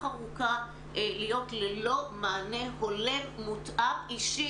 ארוכה להיות ללא מענה הולם מותאם אישית.